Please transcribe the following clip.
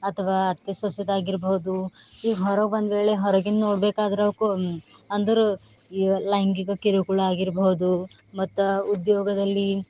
ಅಥವಾ ಅತ್ತೆ ಸೊಸೆದಾಗಿರ್ಬೋದು ಈಗ ಹೊರಗೆ ಒಂದ್ವೇಳೆ ಹೊರಗಿಂದು ನೋಡ್ಬೇಕಾದ್ರೆ ಕು ಅಂದರ ಲೈಂಗಿಕ ಕಿರುಕುಳ ಆಗಿರ್ಬೌದು ಮತ್ತೆ ಉದ್ಯೋಗದಲ್ಲಿ